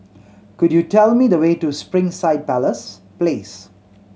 could you tell me the way to Springside Palace Place